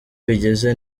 bigeze